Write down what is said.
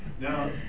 Now